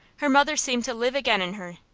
her mother seemed to live again in her.